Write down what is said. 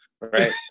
Right